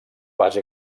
base